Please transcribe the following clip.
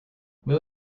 will